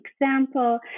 example